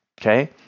okay